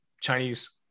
Chinese